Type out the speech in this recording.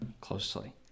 closely